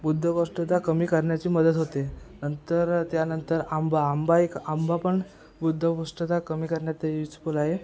बद्धकोष्ठता कमी करण्याची मदत होते नंतर त्यानंतर आंबा आंबा एक आंबा पण बद्धकोष्ठता कमी करण्यात यूजफूल आहे